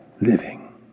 living